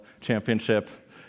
championship